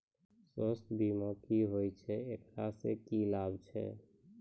स्वास्थ्य बीमा की होय छै, एकरा से की लाभ छै?